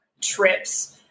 trips